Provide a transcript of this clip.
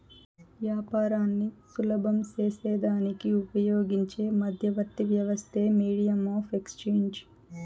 యాపారాన్ని సులభం సేసేదానికి ఉపయోగించే మధ్యవర్తి వ్యవస్థే మీడియం ఆఫ్ ఎక్స్చేంజ్